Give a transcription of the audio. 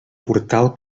portal